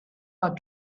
are